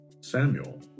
Samuel